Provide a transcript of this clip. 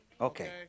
Okay